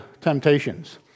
temptations